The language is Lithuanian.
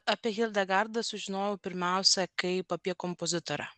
apie hildą garda sužinojau pirmiausia kaip apie kompozitorę